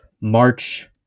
March